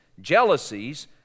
jealousies